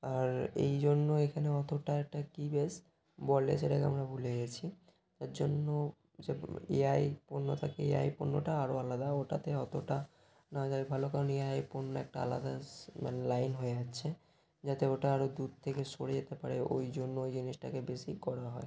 আর এই জন্য এখানে অতটা আরেকটা কী বেশ বলে সেটাকে আমরা ভুলে গিয়েছি যার জন্য এআই পণ্য থাকে এআই পণ্যটা আরও আলাদা ওটাতে অতটা না যাওয়াই ভালো কারণ এআই পণ্য একটা আলাদা মানে লাইন হয়ে যাচ্ছে যাতে ওটা আরও দূর থেকে সরে যেতে পারে ওই জন্য ওই জিনিসটাকে বেশি করা হয়